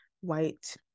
white